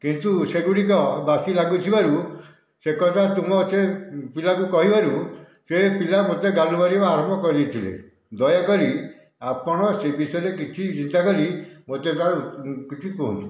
କିନ୍ତୁ ସେଗୁଡ଼ିକ ବାସି ଲାଗୁଥିବାରୁ ସେକଥା ତୁମ ସେ ପିଲାକୁ କହିବାରୁ ସେ ପିଲା ମୋତେ ଗାଲୁ ମାରିବା ଆରମ୍ଭ କରିଦେଇଥିଲେ ଦୟାକରି ଆପଣ ସେ ବିଷୟରେ କିଛି ଚିନ୍ତା କରି ମୋତେ ତା'ର କିଛି କୁହନ୍ତୁ